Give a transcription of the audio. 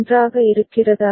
நன்றாக இருக்கிறதா